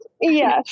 Yes